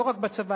לא רק בצבא,